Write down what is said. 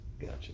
Gotcha